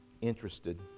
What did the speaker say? interested